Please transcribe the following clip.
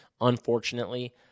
unfortunately